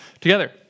together